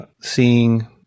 seeing